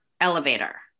elevator